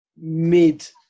mid